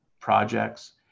projects